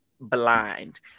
blind